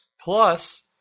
Plus